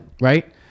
right